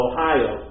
Ohio